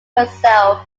herself